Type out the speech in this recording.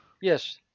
Yes